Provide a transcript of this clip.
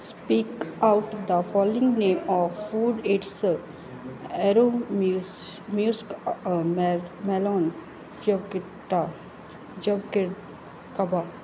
speak out the following name of food it's ਐਰੋਮਿਸ਼ ਮਿਸ melon ਚੋਕਿਟਾ ਜਬਕੀਕਵਾ